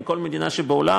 מכל מדינה שבעולם,